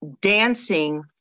dancing